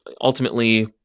ultimately